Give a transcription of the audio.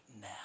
now